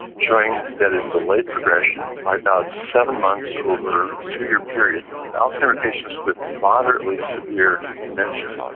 showing that it delayed progression by about seven months over a two-year period in alzheimer's patients with moderately severe dementia.